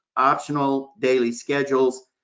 optional daily schedules,